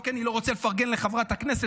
לא כי אני לא רוצה לפרגן לחברת הכנסת,